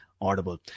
audible